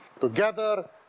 Together